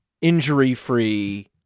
injury-free